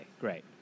great